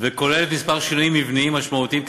וכוללת כמה שינויים מבניים משמעותיים,